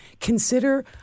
consider